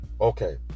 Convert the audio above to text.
Okay